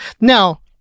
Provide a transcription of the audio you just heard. now